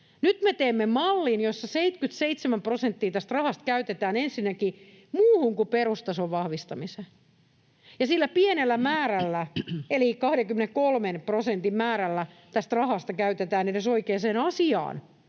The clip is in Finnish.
Nyt me teemme mallin, jossa 77 prosenttia tästä rahasta käytetään ensinnäkin muuhun kuin perustason vahvistamiseen ja pieni määrä eli 23 prosentin määrä tästä rahasta käytetään oikeaan asiaan